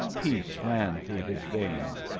peace ran through his veins,